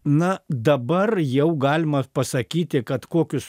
na dabar jau galima pasakyti kad kokius